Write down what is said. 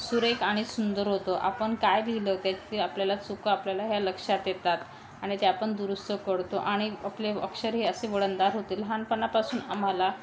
सुरेख आणि सुंदर होतं आपण काय लिहिलं त्याची आपल्याला चुका आपल्याला ह्या लक्षात येतात आणि ते आपण दुरुस्त करतो आणि आपले अक्षरही असे वळणदार होते लहानपणापासून आम्हाला